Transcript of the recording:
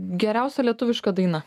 geriausia lietuviška daina